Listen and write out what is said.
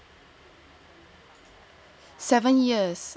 seven years